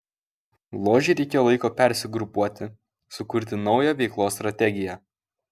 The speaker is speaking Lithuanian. ložei reikėjo laiko persigrupuoti sukurti naują veiklos strategiją